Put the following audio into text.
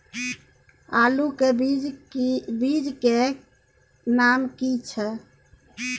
आलू के बीज के नाम की छै?